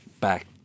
back